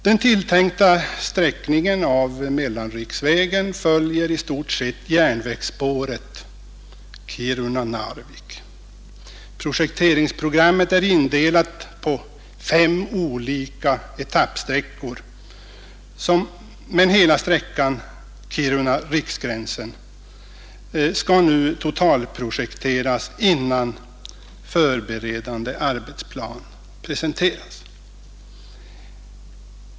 Den tilltänkta sträckningen av vägen följer i stort sett järnvägsspåret Kiruna— Narvik. Projekteringsprogrammet är indelat i fem olika etappsträckor, men hela sträckan Kiruna—Riksgränsen skall nu totalprojekteras innan förberedande arbetsplan presenteras.